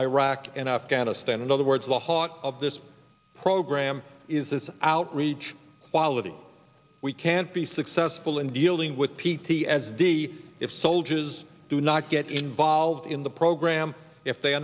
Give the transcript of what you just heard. iraq and afghanistan and other words the heart of this program is this outreach quality we can't be successful in dealing with p t s d if soldiers do not get involved in the program if they are